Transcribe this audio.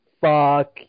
Fuck